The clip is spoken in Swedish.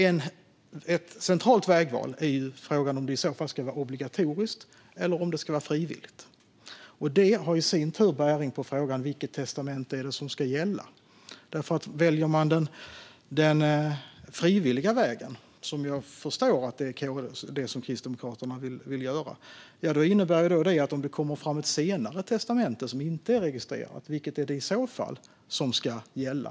Ett centralt vägval är om det ska vara obligatoriskt eller om det ska vara frivilligt. Det har i sin tur bäring på frågan: Vilket testamente är det som ska gälla? Väljer man den frivilliga vägen, som jag förstår att Kristdemokraterna vill göra, är frågan: Om det kommer fram ett senare testamente som inte är registrerat, vilket är det i så fall som ska gälla?